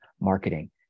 marketing